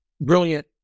brilliant